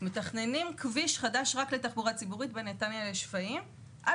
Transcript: מתכננים כביש חדש רק לתחבורה ציבורית בין נתניה לשפיים על